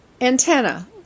Antenna